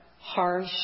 harsh